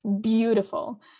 beautiful